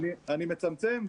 תצמצם,